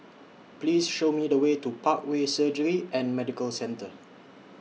Please Show Me The Way to Parkway Surgery and Medical Centre